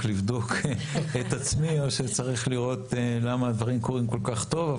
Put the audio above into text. לבדוק את עצמי או שצריך לראות למה הדברים קורים כל כך טוב.